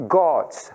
gods